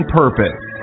purpose